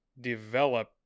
develop